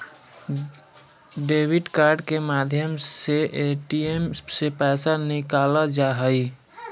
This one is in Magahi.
डेबिट कार्ड के माध्यम से ए.टी.एम से पैसा निकालल जा हय